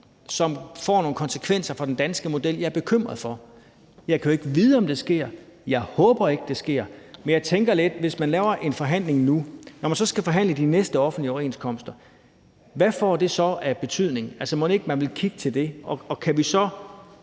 som får nogle konsekvenser for den danske model, jeg er bekymret for. Jeg kan jo ikke vide, om det sker, og jeg håber ikke, at det sker, men jeg tænker lidt på, hvad det får af betydning, når man skal forhandle de næste offentlige overenskomster, hvis man så laver en forhandling nu. Altså, mon ikke man vil kigge til det? Og kan vi så